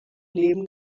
leben